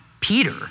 Peter